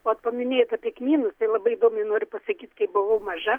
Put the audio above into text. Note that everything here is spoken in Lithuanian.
vat paminėjot apie kmynus tai labai įdomiai noriu pasakyt kai buvau maža